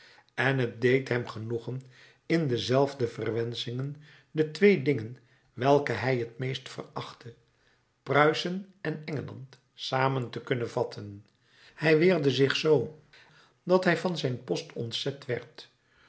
en t deed hem genoegen in dezelfde verwensching de twee dingen welke hij het meest verachtte pruisen en engeland samen te kunnen vatten hij weerde zich zoo dat hij van zijn post ontzet werd